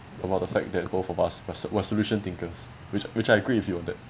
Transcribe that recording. about the fact that both of us we're we're solution thinkers which which I agree with you on that